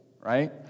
right